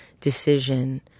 decision